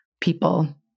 people